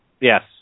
Yes